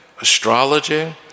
astrology